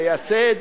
המייסד,